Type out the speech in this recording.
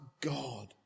God